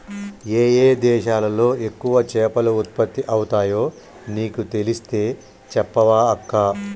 ఏయే దేశాలలో ఎక్కువ చేపలు ఉత్పత్తి అయితాయో నీకు తెలిస్తే చెప్పవ అక్కా